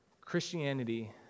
Christianity